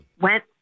went